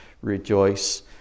rejoice